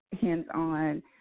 hands-on